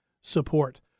support